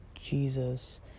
Jesus